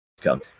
come